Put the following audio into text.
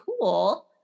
cool